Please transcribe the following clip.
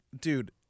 Dude